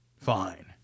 Fine